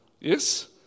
Yes